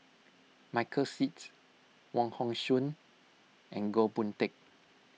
Michael Seet Wong Hong Suen and Goh Boon Teck